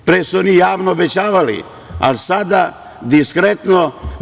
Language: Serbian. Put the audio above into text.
Pre su oni javno obećavali, ali sada diskretno.